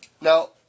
Now